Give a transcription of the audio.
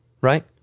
right